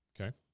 Okay